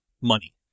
money